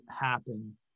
happen